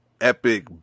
epic